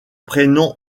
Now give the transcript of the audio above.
prénom